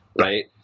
right